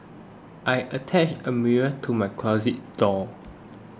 I attached a mirror to my closet door